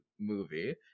movie